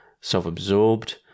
self-absorbed